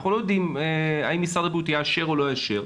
אנחנו לא יודעים האם משרד הבריאות יאשר או לא יאשר,